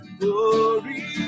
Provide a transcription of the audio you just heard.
Glory